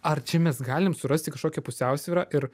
ar čia mes galim surasti kažkokią pusiausvyrą ir